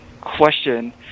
question